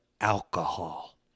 alcohol